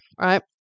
right